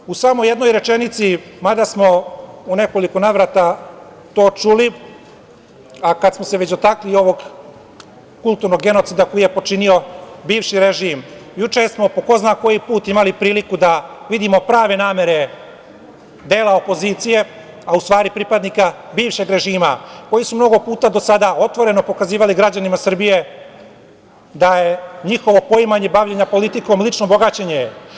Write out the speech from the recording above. Za sam kraj, u samo jednoj rečenici, mada smo u nekoliko navrata to čuli, a kada smo se već dotakli ovog kulturnog genocida koji je počinio bivši režim, juče smo po ko zna koji put imali priliku da vidimo prave namere dela opozicije, a u stvari pripadnika bivšeg režima koji su mnogo puta do sada otvoreno pokazivali građanima Srbije da je njihovo poimanje bavljenja politikom lično bogaćenje.